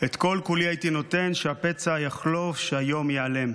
את כל-כולי הייתי נותן / שהפצע יחלוף שהיום ייעלם.